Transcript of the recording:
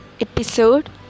episode